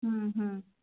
ও হো